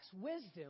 wisdom